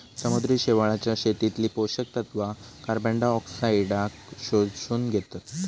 समुद्री शेवाळाच्या शेतीतली पोषक तत्वा कार्बनडायऑक्साईडाक शोषून घेतत